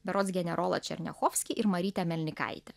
berods generolą černiachovskį ir marytę melnikaitę